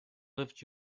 lived